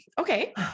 okay